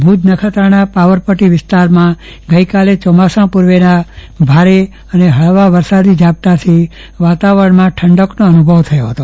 ભુજ નખત્રાણા પાવર પટ્ટી વિસ્તારમાં ગઈકાલે ચોમાસા પૂર્વેના ભારે અને હળવા વરસાદી ઝાપટાથી વાતાવરણમાં ઠંડકનો અનુભવ થયો હતો